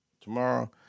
tomorrow